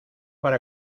para